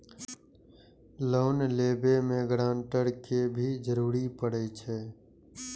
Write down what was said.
Loan लेबे में grantor के भी जरूरी परे छै?